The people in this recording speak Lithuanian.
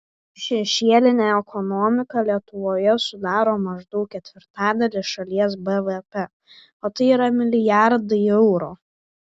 šešėlinė ekonomika lietuvoje sudaro maždaug ketvirtadalį šalies bvp o tai yra milijardai eurų